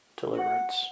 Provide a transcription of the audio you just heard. deliverance